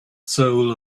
soul